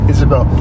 Isabel